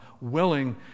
willing